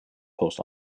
post